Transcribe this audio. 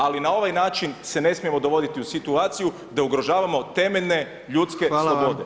Ali, na ovaj način se ne smijemo dovoditi u situaciju, da ugrožavamo, temeljne ljudske slobode.